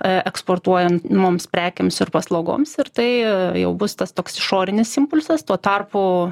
eksportuojant mums prekėms ir paslaugoms ir tai jau bus tas toks išorinis impulsas tuo tarpu